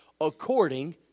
according